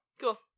Cool